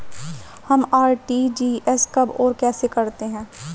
हम आर.टी.जी.एस कब और कैसे करते हैं?